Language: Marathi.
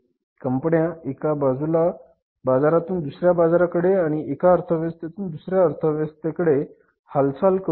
कंपन्या या एका बाजारातून दुसऱ्या बाजाराकडे आणि एका अर्थव्यवस्थेतून दुसऱ्या अर्थव्यवस्थेकडे हालचाल करू लागल्या